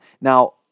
Now